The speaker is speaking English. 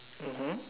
mmhmm